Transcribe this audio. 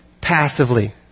Passively